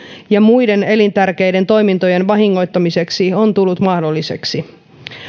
ja muiden elintärkeiden toimintojen vahingoittamiseksi on tullut mahdolliseksi